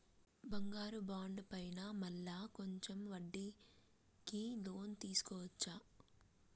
బంగారు బాండు పైన మళ్ళా కొంచెం వడ్డీకి లోన్ తీసుకోవచ్చా?